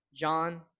John